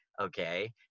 okay